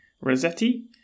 Rossetti